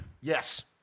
yes